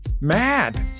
mad